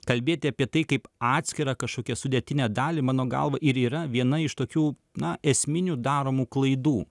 kalbėti apie tai kaip atskirą kažkokią sudėtinę dalį mano galva ir yra viena iš tokių na esminių daromų klaidų